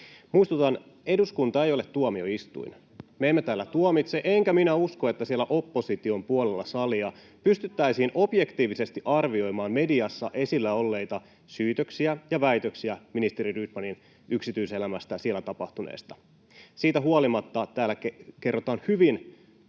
Muistutan: eduskunta ei ole tuomioistuin. Me emme täällä tuomitse, enkä minä usko, että siellä opposition puolella salia pystyttäisiin objektiivisesti arvioimaan mediassa esillä olleita syytöksiä ja väitöksiä ministeri Rydmanin yksityiselämässä tapahtuneesta. Siitä huolimatta täällä kerrotaan hyvin